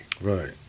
right